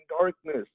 darkness